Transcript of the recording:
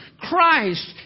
Christ